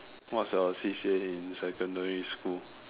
what's your C_C_A in secondary school